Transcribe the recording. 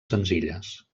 senzilles